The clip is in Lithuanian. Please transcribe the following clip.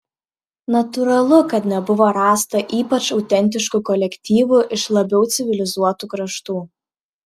natūralu kad nebuvo rasta ypač autentiškų kolektyvų iš labiau civilizuotų kraštų